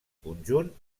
conjunt